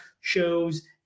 shows